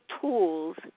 tools